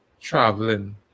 traveling